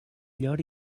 llor